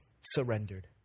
surrendered